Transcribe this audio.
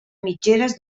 mitgeres